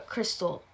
Crystal